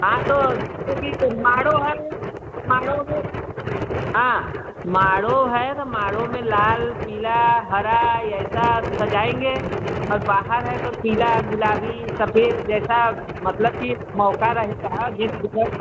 हाँ तो जैसे कि माडो है तो माडो में हाँ माडो है तो माडो में लाल पीला हरा ऐसा सजाएँगे और बाहर है तो पीला गुलाबी सफ़ेद जैसा मतलब कि मौका रहेगा जिस जगह